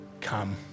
Come